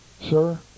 sir